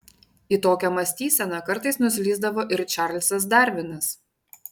į tokią mąstyseną kartais nuslysdavo ir čarlzas darvinas